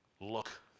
Look